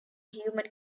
human